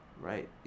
right